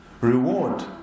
reward